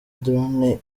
drone